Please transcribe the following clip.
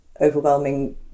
overwhelming